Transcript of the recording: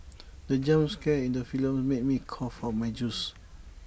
the jump scare in the film made me cough out my juice